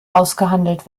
ausgehandelt